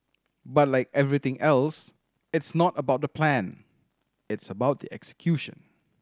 but like everything else it's not about the plan it's about the execution